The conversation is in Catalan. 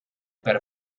per